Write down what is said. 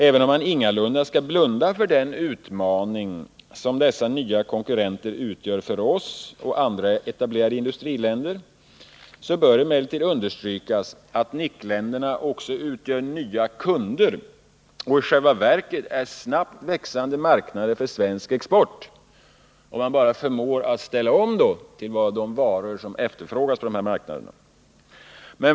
Även om man ingalunda skall blunda för den utmaning dessa nya konkurrenter utgör för oss och andra etablerade i-länder bör det emellertid understrykas att NIC-länderna också utgör nya kunder och i själva verket är snabbt växande marknader för svensk export — om man bara förmår göra en omställning till de varor som efterfrågas på dessa marknader.